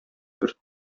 бер